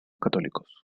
católicos